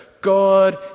God